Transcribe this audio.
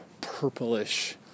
purplish